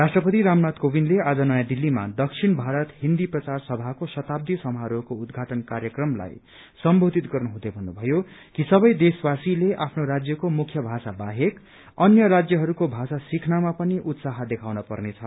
राष्ट्रपति रामनाथ कोविन्दले आज नयाँ दिल्लीमा दक्षिण भारत हिन्दी प्रचार सभाको शताब्दी समारोहको उद्घाटन कार्यक्रमलाई सम्बोधित गर्नुहुँदै भत्रुभयो कि सबै देशवासीले आफ्नो राज्यको मुख्य भाषा बाहेक अन्य राज्यहरूको भाषा सिख्नमा पनि उत्साह देखाउन पर्नेछ